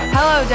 Hello